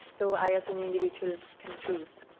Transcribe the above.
so i as an individual can choose.